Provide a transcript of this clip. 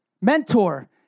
mentor